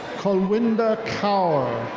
colwinda cower.